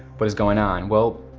what is going on? well,